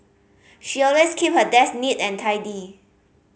she always keep her desk neat and tidy